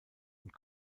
und